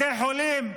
בתי חולים,